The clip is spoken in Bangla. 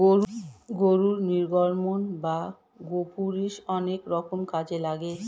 গরুর নির্গমন বা গোপুরীষ অনেক রকম কাজে লাগে